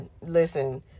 Listen